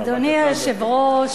אדוני היושב-ראש,